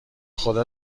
خدا